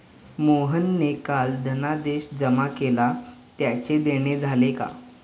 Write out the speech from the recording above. मोहनने काल धनादेश जमा केला त्याचे देणे झाले का?